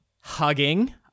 hugging